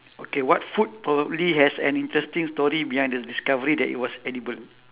okay what food probably has an interesting story behind the discovery that is was edible